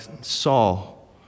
Saul